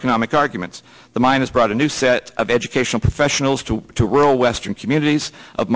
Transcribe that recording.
economic arguments the miners brought a new set of educational professionals to rural western communities of